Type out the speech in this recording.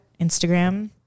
Instagram